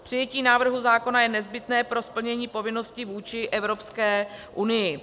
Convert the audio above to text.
Přijetí návrhu zákona je nezbytné pro splnění povinnosti vůči Evropské unii.